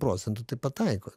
procentų tai pataiko